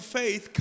faith